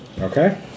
Okay